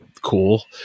cool